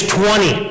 twenty